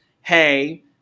hey